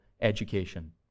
education